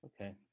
Okay